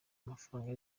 mafaranga